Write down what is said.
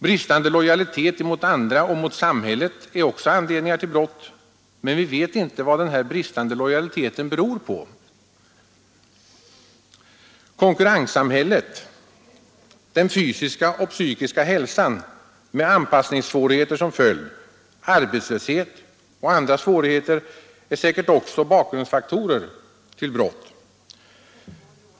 Bristande lojalitet mot andra och mot samhället är också anledningar till brott, men vi vet inte vad denna bristande lojalitet beror på. Konkurrenssamhället, fysisk och psykisk ohälsa med anpassningssvårigheter som följd, arbetslöshet och andra problem är säkert också bakgrundsfaktorer till brott.